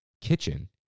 kitchen